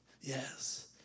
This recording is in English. Yes